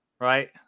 right